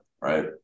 right